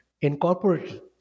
incorporated